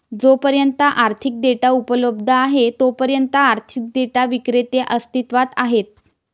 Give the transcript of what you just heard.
जोपर्यंत आर्थिक डेटा उपलब्ध आहे तोपर्यंत आर्थिक डेटा विक्रेते अस्तित्वात आहेत